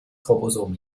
chromosom